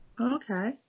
Okay